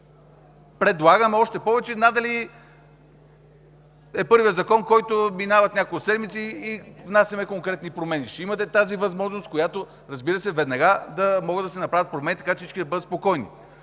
предлагаме още повече. Надали е първият Закон, за който минават няколко седмици и внасяме конкретни промени. Ще имате тази възможност, разбира се, веднага да могат да се направят промени, така че всички да бъдат спокойни.